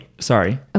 Sorry